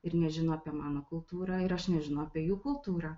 ir nežino apie mano kultūrą ir aš nežinau apie jų kultūrą